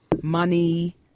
money